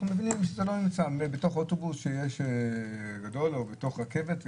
אנחנו מבינים שזה לא נמצא בתוך אוטובוס גדול או בתוך רכבת,